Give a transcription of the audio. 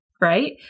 right